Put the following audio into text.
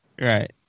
right